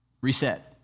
reset